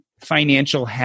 financial